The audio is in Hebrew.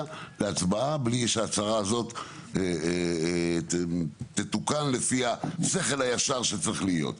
להצבעה בלי שההצהרה הזאת תתוקן לפי השכל הישר שצריך להיות.